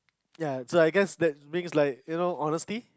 ya so I guess that means like you know honesty